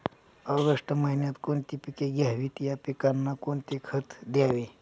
August महिन्यात कोणती पिके घ्यावीत? या पिकांना कोणते खत द्यावे?